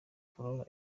flora